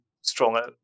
stronger